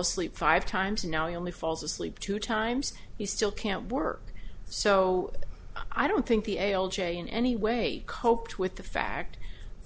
asleep five times and now you only falls asleep two times you still can't work so i don't think the a old in any way coped with the fact